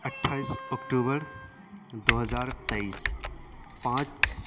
اٹھائیس اکتوبر دو ہزار تئیس پانچ